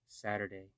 Saturday